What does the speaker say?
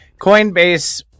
Coinbase